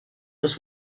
was